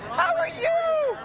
how are you?